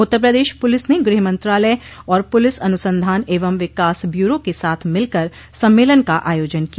उत्तर Pradesh police ने गृह मंत्रालय और पुलिस अनुसंधान एवं विकास ब्यूरो के साथ मिलकर सम्मेलन का आयोजन किया